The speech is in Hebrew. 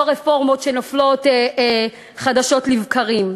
לא רפורמות שנופלות חדשות לבקרים.